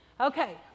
Okay